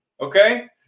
Okay